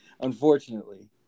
unfortunately